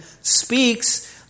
speaks